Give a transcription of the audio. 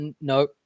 No